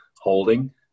holding